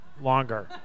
longer